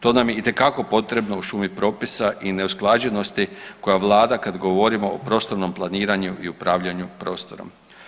To nam je itekako potrebno u šumi propisa i neusklađenosti koja vlada kad govorimo o prostornom planiranju i upravljanju prostorom.